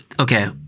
Okay